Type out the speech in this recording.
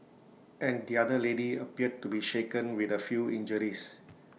and the other lady appeared to be shaken with A few injuries